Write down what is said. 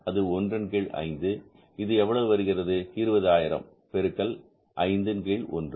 அது ஒன்றின் கீழ் 5 இது எவ்வளவு வருகிறது 20000 பெருக்கல் 5 கீழ் ஒன்று